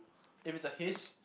if it's a his